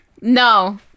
No